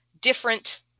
different